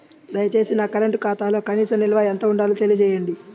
దయచేసి నా కరెంటు ఖాతాలో కనీస నిల్వ ఎంత ఉండాలో తెలియజేయండి